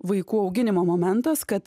vaikų auginimo momentas kad